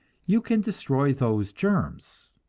you can destroy those germs.